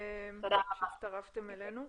שהצטרפתם אלינו.